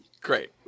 Great